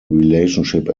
relationship